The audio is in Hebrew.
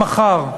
אם מחר,